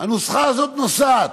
הנוסחה הזאת נוסעת.